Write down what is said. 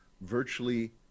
virtually